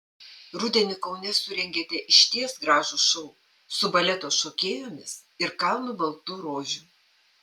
rudenį kaune surengėte išties gražų šou su baleto šokėjomis ir kalnu baltų rožių